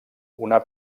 una